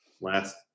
last